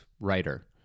writer